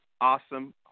Awesome